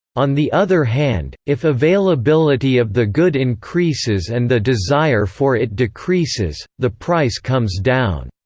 on the other hand, if availability of the good increases and the desire for it decreases, the price comes down.